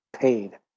paid